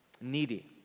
needy